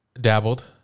Dabbled